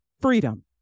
Freedom